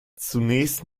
zunächst